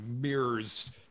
mirrors